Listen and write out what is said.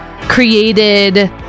created